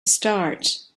start